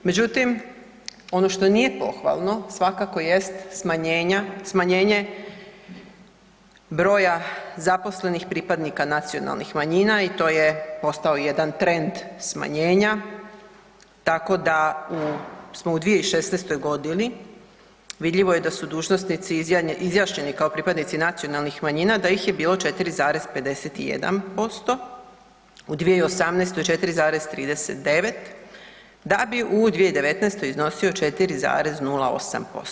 Međutim, ono što nije pohvalno svakako jest smanjenje broja zaposlenih pripadnika nacionalnih manjina i to je postao jedan trend smanjenja tako da u, smo u 2016. godini vidljivo je da su dužnosnici izjašnjeni kao pripadnici nacionalnih manjina da ih je bilo 4,51%, u 2018. 4,39%, da bi u 2019. iznosio 4,08%